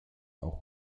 auch